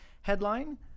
headline